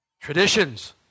Traditions